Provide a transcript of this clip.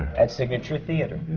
at signature theatre.